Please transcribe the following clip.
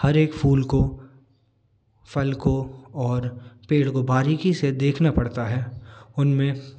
हर एक फूल को फल को और पेड़ को बारीकी से देखना पड़ता है उनमें